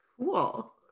cool